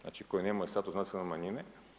Znači koji nemaju status nacionalne manjine.